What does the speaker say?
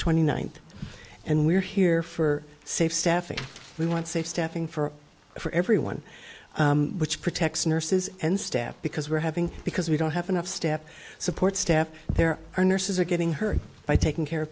twenty ninth and we're here for safe staffing we want safe staffing for for everyone which protects nurses and staff because we're having because we don't have enough staff support staff there are nurses are getting hurt by taking care of